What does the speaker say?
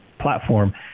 platform